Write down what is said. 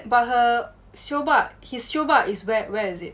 but her sio ba his sio ba is where where is it